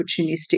opportunistic